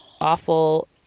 awful